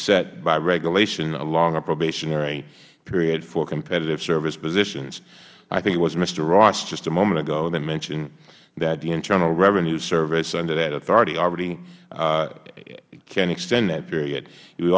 set by regulation a longer probationary period for competitive service positions i think it was mister ross just a moment ago that mentioned that the internal revenue service under that authority already can extend that period you